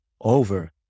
over